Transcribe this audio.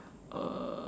uh